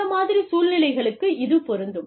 இந்த மாதிரி சூழ்நிலைகளுக்கு இது பொருந்தும்